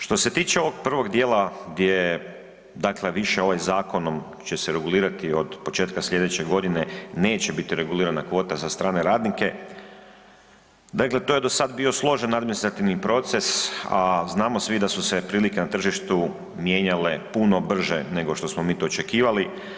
Što se tiče ovog prvog dijela, gdje je dakle više ovaj zakonom će se regulirati od početka slijedeće godine neće biti regulirana kvota za strane radnike, dakle to je do sada bio složen administrativni proces, a znamo svi da su se prilike na tržištu mijenjale puno brže nego što smo mi to očekivali.